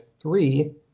Three